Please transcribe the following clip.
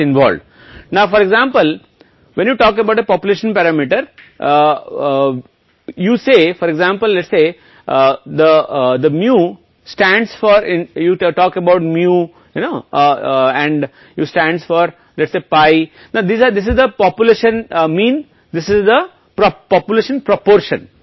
तो अब चलिए इसे लेते हैं कि मूल रूप से सांख्यिकीय पैरामीटर क्या हैं उदाहरण के लिए जब आप जनसंख्या पैरामीटर के बारे में बात करते हैं जो आप उदाहरण के लिए कहते हैं μ के बारे में बात करने के लिए μ है और आप जानते हैं कि π के लिए है are अब यही है जनसंख्या का मतलब जनसंख्या अनुपात है